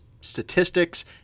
statistics